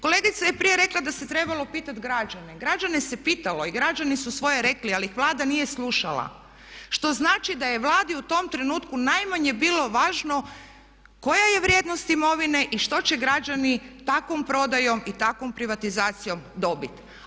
Kolegica je prije rekla da se trebalo pitati građane, građane se pitalo i građani su svoje rekli ali ih Vlada nije slušala što znači da je Vladi u tom trenutku najmanje bilo važno koja je vrijednost imovine i što će građani takvom prodajom i takvom privatizacijom dobiti.